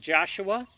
Joshua